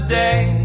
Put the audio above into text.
day